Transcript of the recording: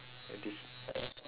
a dis~